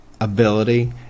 ability